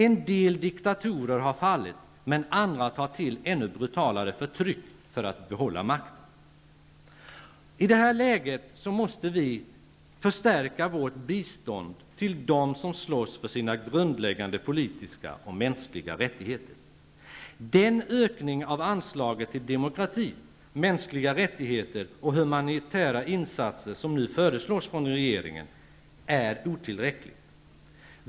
En del diktatorer har fallit, men andra tar till ännu brutalare förtryck för att behålla makten. I det här läget måste vi förstärka vårt bistånd till dem som slåss för sina grundläggande politiska och mänskliga rättigheter. Den ökning av anslaget till demokati, mänskliga rättigheter och humanitära insatser som nu föreslås av regeringen är otillräcklig.